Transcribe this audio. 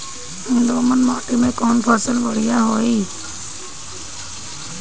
दोमट माटी में कौन फसल बढ़ीया होई?